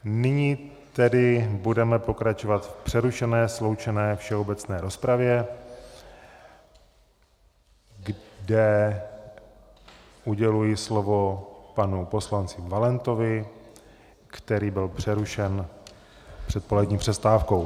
Nyní tedy budeme pokračovat v přerušené sloučené všeobecné rozpravě, kde uděluji slovo panu poslanci Valentovi, který byl přerušen před polední přestávkou.